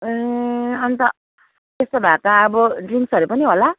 ए अनि त त्यसो भए त अब ड्रिङ्क्सहरू पनि होला